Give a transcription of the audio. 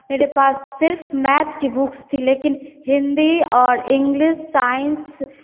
मेरे पास सिर्फ मैथ्स की बुक थी लेकिन हिन्दी और इंग्लिश साइन्स